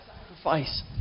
sacrifice